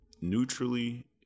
neutrally